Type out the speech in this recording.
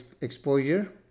exposure